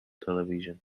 television